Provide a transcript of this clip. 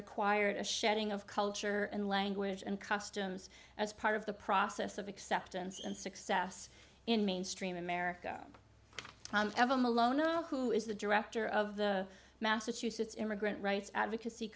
required a sharing of culture and language and customs as part of the process of acceptance and success in mainstream america ev i'm alone now who is the director of the massachusetts immigrant rights advocacy